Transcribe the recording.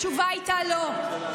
התשובה הייתה: לא.